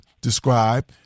describe